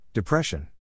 Depression